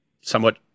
somewhat